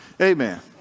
Amen